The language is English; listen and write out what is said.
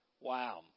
Wow